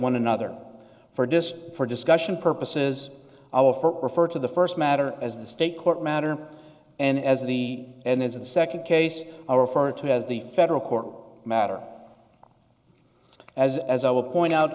one another for just for discussion purposes i will for refer to the first matter as the state court matter and as the end is the second case i refer to as the federal court matter as as i will point out